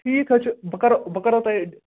ٹھیٖک حظ چھُ بہٕ کَرو بہٕ کَرو تۄہہِ